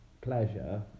pleasure